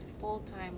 full-time